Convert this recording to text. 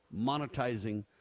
monetizing